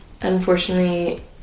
unfortunately